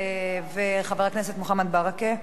חבר הכנסת מוחמד ברכה,